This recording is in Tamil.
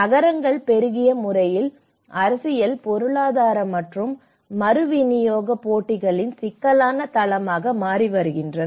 நகரங்கள் பெருகிய முறையில் அரசியல் பொருளாதார மற்றும் மறுவிநியோக போட்டிகளின் சிக்கலான தளமாக மாறி வருகின்றன